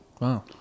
Wow